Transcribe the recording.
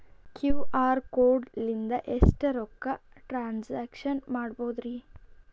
QR code ಲಿಂದ ಎಷ್ಟ ರೊಕ್ಕ ಟ್ರಾನ್ಸ್ಯಾಕ್ಷನ ಮಾಡ್ಬೋದ್ರಿ?